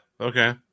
Okay